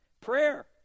Prayer